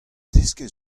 desket